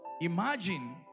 imagine